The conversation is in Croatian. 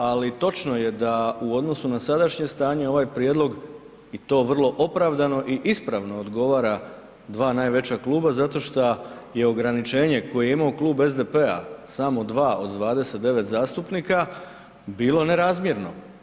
Ali točno je da u odnosu na sadašnje stanje ovaj prijedlog i to vrlo opravdano i ispravno odgovara dva najveća kluba zato šta je ograničenje koje je imao klub SDP-a samo 2 od 29 zastupnika, bilo nerazmjerno.